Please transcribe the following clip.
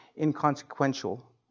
inconsequential